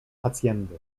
hacjendy